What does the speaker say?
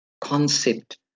concept